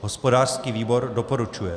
Hospodářský výbor doporučuje.